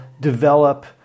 develop